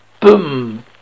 Boom